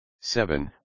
seven